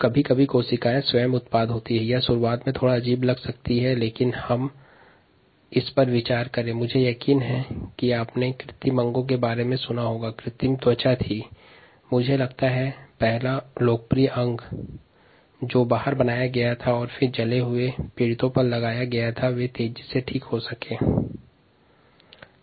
कुछ स्थितियों में कोशिका स्वयं उत्पाद होती हैं जैसे कृत्रिम अंग या कृत्रिम त्वचा जो शरीर के बाहर निर्मित किया जाता है और जले हुए पीड़ितों पर प्रत्यारोपित करते है ताकि पीड़ित तीव्र गति से ठीक हो सके